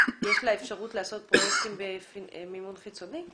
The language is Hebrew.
יש לה אפשרות לעשות פרויקטים במימון חיצוני?